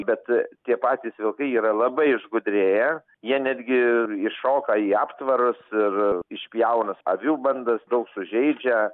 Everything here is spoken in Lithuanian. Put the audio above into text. bet tie patys vilkai yra labai išgudrėję jie netgi įšoka į aptvarus ir išpjauna avių bandas daug sužeidžia